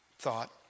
thought